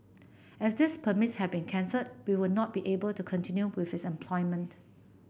as these permits have been cancelled we would not be able to continue with his employment